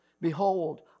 Behold